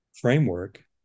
framework